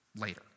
later